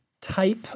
type